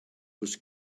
was